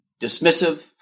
dismissive